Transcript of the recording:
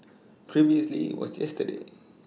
previously was yesterday